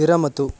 विरमतु